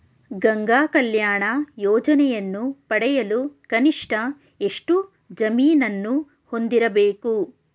ಗಂಗಾ ಕಲ್ಯಾಣ ಯೋಜನೆಯನ್ನು ಪಡೆಯಲು ಕನಿಷ್ಠ ಎಷ್ಟು ಜಮೀನನ್ನು ಹೊಂದಿರಬೇಕು?